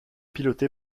pilotée